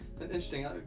Interesting